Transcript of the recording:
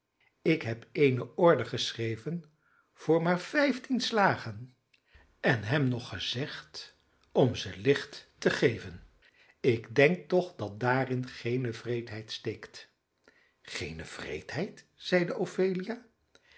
ik heb eene order geschreven voor maar vijftien slagen en hem nog gezegd om ze licht te geven ik denk toch dat daarin geene wreedheid steekt geene wreedheid zeide ophelia